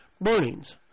burnings